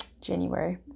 January